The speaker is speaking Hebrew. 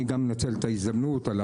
אני גם מנצל את ההזדמנות ואני